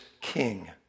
king